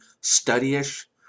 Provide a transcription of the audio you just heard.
study-ish